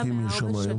כמה עסקים יש שם היום?